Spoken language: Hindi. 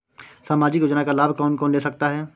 सामाजिक योजना का लाभ कौन कौन ले सकता है?